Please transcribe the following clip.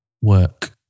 Work